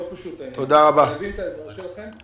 אנחנו חייבים את העזרה שלכם.